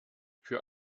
für